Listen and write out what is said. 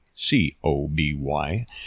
C-O-B-Y